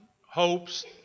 hopes